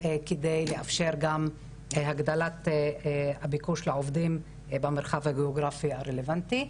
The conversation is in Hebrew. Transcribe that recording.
כדי לאפשר גם הגדלת הביקוש לעובדים במרחב הגיאוגרפי הרלוונטי.